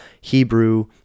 Hebrew